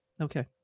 Okay